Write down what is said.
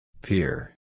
Peer